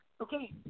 Okay